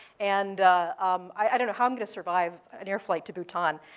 and um i don't know how i'm going to survive an air flight to bhutan.